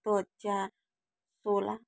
दो हजार सोलह